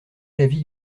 l’avis